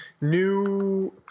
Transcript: new –